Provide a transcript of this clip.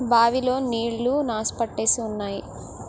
bye లో నీళ్లు నాసు పట్టేసి ఉంటాయి